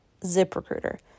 ZipRecruiter